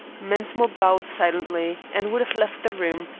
mensmore bowed silently and would have left the room,